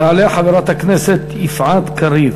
תעלה חברת הכנסת יפעת קריב,